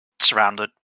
surrounded